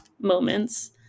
moments